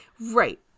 right